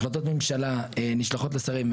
החלטות ממשלה נשלחות לשרים,